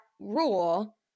rule